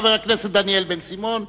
חבר הכנסת דניאל בן-סימון,